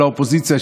של האופוזיציה,